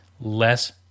less